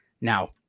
Now